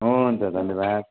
हुन्छ धन्यवाद